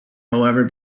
however